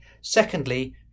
Secondly